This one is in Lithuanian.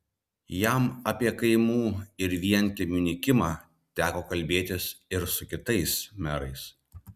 jam apie kaimų ir vienkiemių nykimą teko kalbėtis ir su kitais merais